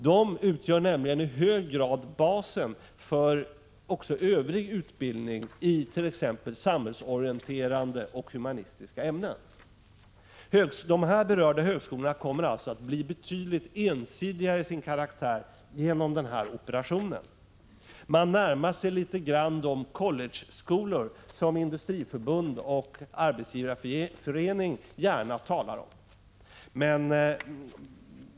De utgör nämligen i hög grad basen även för övrig utbildning, t.ex. i samhällsorienterande och humanistiska ämnen. De här berörda högskolorna kommer därför att bli betydligt ensidigare till sin karaktär genom denna operation. De närmar sig något de collegeskolor som Industriförbundet och Arbetsgivareföreningen gärna talar om.